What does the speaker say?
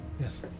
Yes